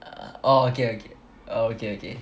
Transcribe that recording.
err oh okay okay oh okay okay